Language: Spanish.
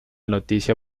noticia